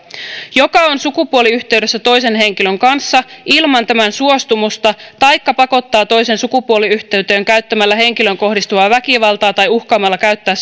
joka on sukupuoliyhteydessä toisen henkilön kanssa ilman tämän suostumusta taikka pakottaa toisen sukupuoliyhteyteen käyttämällä henkilöön kohdistuvaa väkivaltaa tai uhkaamalla käyttää